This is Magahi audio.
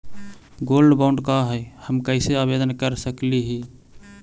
गोल्ड बॉन्ड का है, हम कैसे आवेदन कर सकली ही?